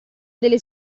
delle